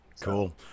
Cool